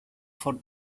for